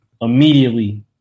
immediately